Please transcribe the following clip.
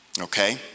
Okay